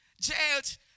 Judge